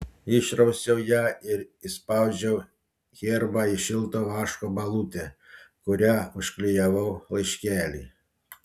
išrausiau ją ir įspaudžiau herbą į šilto vaško balutę kuria užklijavau laiškelį